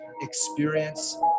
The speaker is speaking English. experience